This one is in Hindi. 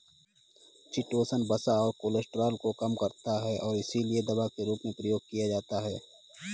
चिटोसन वसा और कोलेस्ट्रॉल को कम करता है और इसीलिए दवा के रूप में प्रयोग किया जाता है